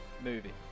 movie